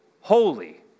Holy